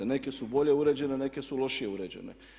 Neke su bolje uređene, neke su lošije uređene.